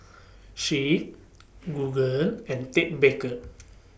Schick Google and Ted Baker